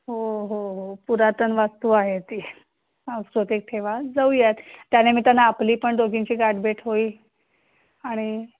हो हो हो पुरातन वास्तू आहे ती सांस्कृतिक ठेवा जाऊयात त्यानिमित्तानं आपली पण दोघींची गाठ भेट होईल आणि